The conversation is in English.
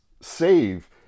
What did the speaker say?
save